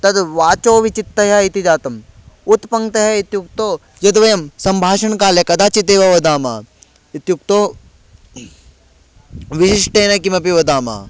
तद् वाचोविचित्तयः इति जातम् उत पङ्क्तयः इत्युक्तौ यद् वयं सम्भाषणकाले कदाचिद् एव वदामः इत्युक्तौ विशिष्टेन किमपि वदामः